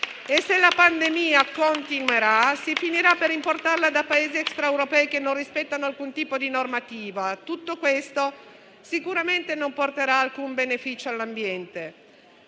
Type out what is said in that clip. e se la pandemia continuerà si finirà per importarla da paesi extraeuropei che non rispettano alcun tipo di normativa. Tutto questo sicuramente non porterà alcun beneficio all'ambiente.